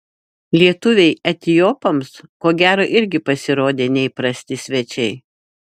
lietuviai etiopams ko gero irgi pasirodė neįprasti svečiai